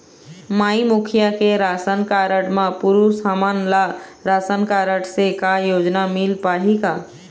माई मुखिया के ration card म पुरुष हमन ला रासनकारड से का योजना मिल पाही का?